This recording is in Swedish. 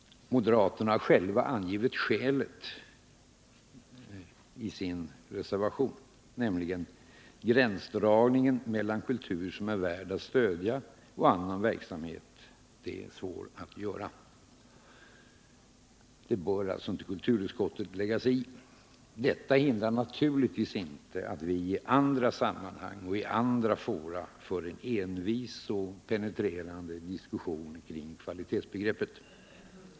Moderaterna har själva angivit skälet härför i sin reservation: ”Gränsdragningen mellan kultur som är värd att stödja och annan verksamhet är svår att göra.” Det bör alltså kulturutskottet inte lägga sig i. Detta hindrar naturligtvis inte att vii andra sammanhang och i andra fora för en envis och penetrerande diskussion kring kvalitetsbegreppet.